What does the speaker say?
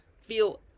feel